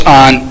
on